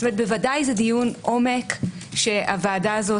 כלומר ודאי זה דיון עומק שהוועדה הזו